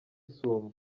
isumo